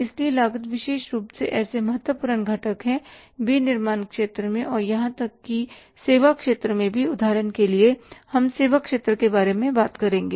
इसलिए लागत विशेष रूप से ऐसे महत्वपूर्ण घटक हैं विनिर्माण क्षेत्र में और यहां तक कि सेवा क्षेत्र में भी उदाहरण के लिए हम सेवा क्षेत्र के बारे में बात करेंगे